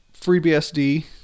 FreeBSD